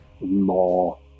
more